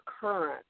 current